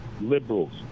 liberals